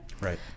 Right